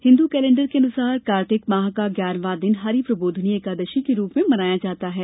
Hindu calendar के अनुसार कार्तिक माह का ग्यारहवां दिन हरि प्रबोधिनी एकादशी के रूप में मनाया जाता है